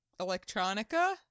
electronica